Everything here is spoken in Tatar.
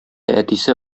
әтисе